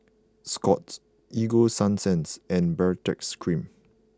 Scott's Ego Sunsense and Baritex Cream